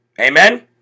Amen